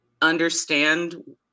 understand